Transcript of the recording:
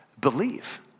believe